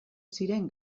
ziren